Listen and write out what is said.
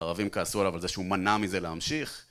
ערבים כעסו עליו על זה שהוא מנע מזה להמשיך